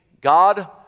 God